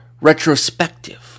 retrospective